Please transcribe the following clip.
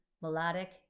melodic